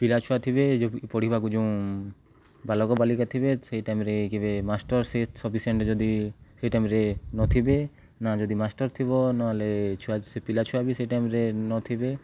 ପିଲାଛୁଆ ଥିବେ ଯେଉଁ ପଢ଼ିବାକୁ ଯେଉଁ ବାଳକ ବାଳିକା ଥିବେ ସେଇ ଟାଇମ୍ରେ କେବେ ମାଷ୍ଟର୍ ସେ ସଫିସିଏଣ୍ଟ ଯଦି ସେଇ ଟାଇମ୍ରେ ନଥିବେ ନା ଯଦି ମାଷ୍ଟର୍ ଥିବ ନହେଲେ ଛୁଆ ସେ ପିଲାଛୁଆ ବି ସେଇ ଟାଇମ୍ରେ ନଥିବେ